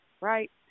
right